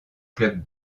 club